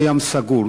או הים סגור,